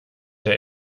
der